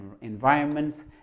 environments